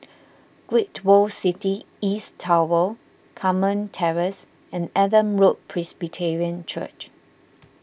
Great World City East Tower Carmen Terrace and Adam Road Presbyterian Church